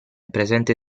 presente